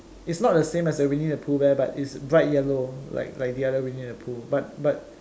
it's not the same as the Winnie the Pooh bear but it's bright yellow like like the other Winnie the Pooh but but